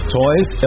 toys